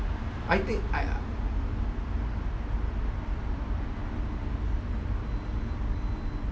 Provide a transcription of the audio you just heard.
I think I